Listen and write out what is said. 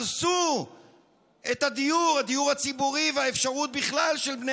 הרסו את הדיור הציבורי ובכלל את האפשרות של בני